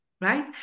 right